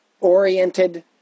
oriented